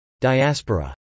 Diaspora